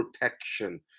protection